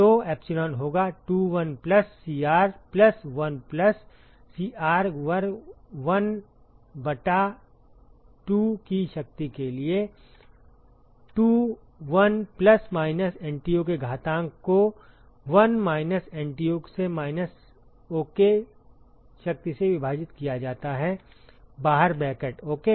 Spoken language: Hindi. तो एप्सिलॉन होगा 2 1 plus CR plus 1 plus CR वर्ग 1 बटा 2 की शक्ति के लिए 2 1 प्लस माइनस एनटीयू के घातांक को 1 माइनस एनटीयू से माइनस 1 ओके की शक्ति से विभाजित किया जाता है बाहर ब्रैकेट ओके